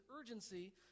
urgency